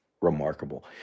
remarkable